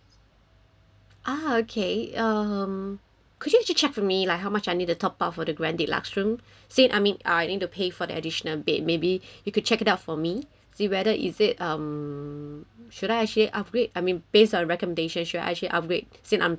ah okay um could you actually check for me like how much I need to top up for the grand deluxe room since I mean uh I need to pay for the additional bed maybe you could check it out for me see whether is it um should I actually upgrade I mean based on recommendations should I actually upgrade since I'm paying for the extra bed